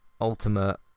Ultimate